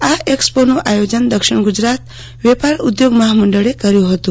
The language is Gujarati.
આ એકસ્પોનું આયોજન દક્ષિણ ગુજરાત વેપાર ઉદ્યોગ મહામંડળે કર્યું હતું